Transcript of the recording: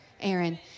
Aaron